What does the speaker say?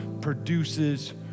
produces